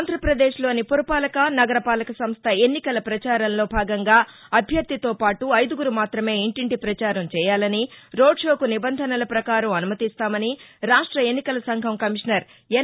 ఆంధ్రప్రదేశ్లోని పురపాలక నగర పాలక సంస్ల ఎన్నికల ప్రచారంలో భాగంగా అభ్యర్థితో పాటు ఐదుగురు మాత్రమే ఇంటింటి ప్రచారం చేయాలని రోడ్ షోకు నిబంధనల ప్రకారం అనుమతిస్తామని రాష్ట ఎన్నికల సంఘం కమిషనర్ ఎన్